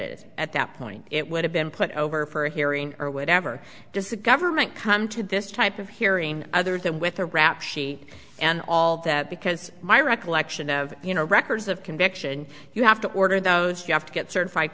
is at that point it would have been put over for a hearing or whatever discovery might come to this type of hearing other than with a rap sheet and all that because my recollection of you know records of conviction you have to order those you have to get certified